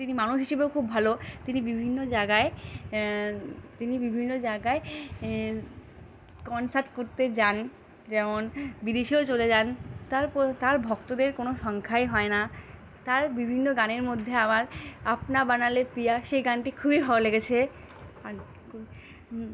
তিনি মানুষ হিসেবেও খুব ভালো তিনি বিভিন্ন জাগায় তিনি বিভিন্ন জাগায় কনসার্ট করতে যান যেমন বিদেশেও চলে যান তারপর তার ভক্তদের কোনো সংখ্যাই হয় না তার বিভিন্ন গানের মধ্যে আমার আপনা বানালে প্রিয়া সেই গানটি খুবই হালো লেগেছে আর